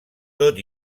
tot